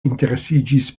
interesiĝis